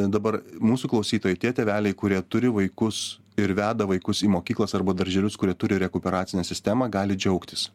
dabar mūsų klausytojai tie tėveliai kurie turi vaikus ir veda vaikus į mokyklas arba darželius kurie turi rekuperacinę sistemą gali džiaugtis